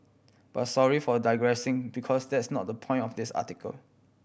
but sorry for digressing because that's not the point of this article